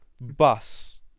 bus